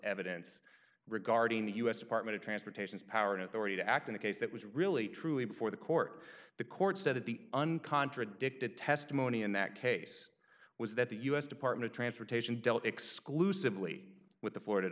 evidence regarding the u s department of transportation's power and authority to act in a case that was really truly before the court the court said that the un contradicted testimony in that case was that the u s department of transportation dealt exclusively with the flor